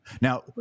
Now